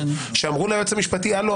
שאמרו ליועץ המשפטי: הלו,